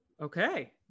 Okay